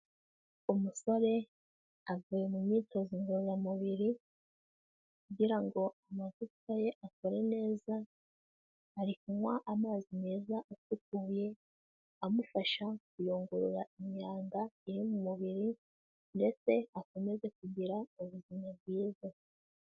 Umusore avuye mu myitozo ngororamubiri, kugira ngo amagufwa ye akore neza, ari kunywa amazi meza asukuye, amufasha kuyungurura imyanda iri mu mubiri, ndetse akomeze kugira ubuzima bwiza.